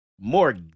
more